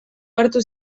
hartu